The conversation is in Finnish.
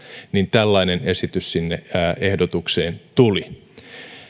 niin tällainen esitys sinne ehdotukseen tuli